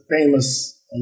famous